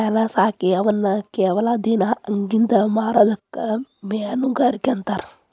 ಮೇನಾ ಸಾಕಿ ಅವನ್ನ ಕೆಲವ ದಿನಾ ಅಗಿಂದ ಮಾರುದಕ್ಕ ಮೇನುಗಾರಿಕೆ ಅಂತಾರ